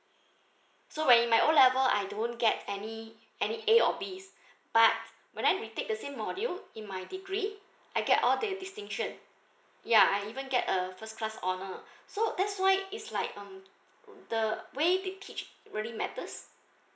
so when my O level I don't get any any A or Bs but when I take the same module in my degree I get all the distinction ya I even get a first class honour so that's why is like um the way they teach really matters